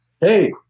hey